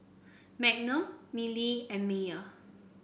Magnum Mili and Mayer